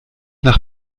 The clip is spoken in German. nach